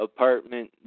Apartment